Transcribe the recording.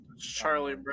Charlie